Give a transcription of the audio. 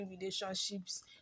relationships